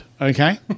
okay